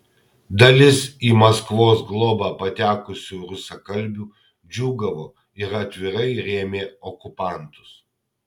dalis į maskvos globą patekusių rusakalbių džiūgavo ir atvirai rėmė okupantus